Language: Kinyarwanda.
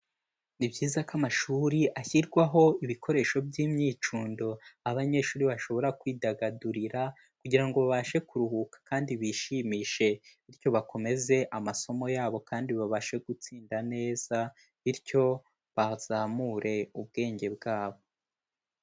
Ni byiza ko amashuri ashyirwaho ibikoresho by'imyicundo abanyeshuri bashobora kwidagadurira, kugira ngo babashe kuruhuka kandi bishimishe, bityo bakomeze amasomo yabo kandi babashe gutsinda neza, bityo bazamure ubwenge bwabo.